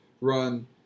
run